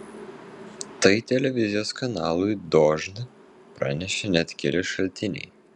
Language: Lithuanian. tai televizijos kanalui dožd pranešė net keli šaltiniai